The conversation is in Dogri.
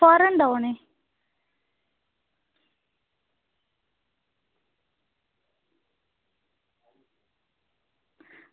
फॉरेन दा औने